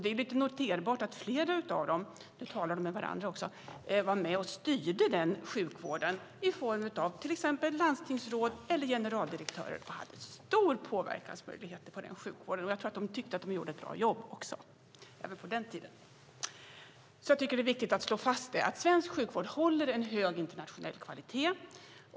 Det är noterbart att flera av dem var med och styrde den sjukvården, till exempel som landstingsråd eller generaldirektörer. De hade stora påverkansmöjligheter på den sjukvården, och jag tror att de tyckte att de gjorde ett bra jobb även på den tiden. Jag tycker att det är viktigt att slå fast att svensk sjukvård håller en hög internationell kvalitet.